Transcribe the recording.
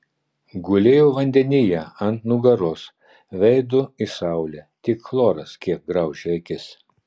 gulėjau vandenyje ant nugaros veidu į saulę tik chloras kiek graužė akis